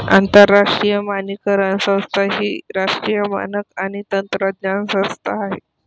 आंतरराष्ट्रीय मानकीकरण संस्था ही राष्ट्रीय मानक आणि तंत्रज्ञान संस्था आहे